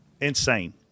Insane